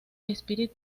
spirit